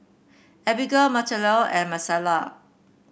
Abigail Marcela and Marisela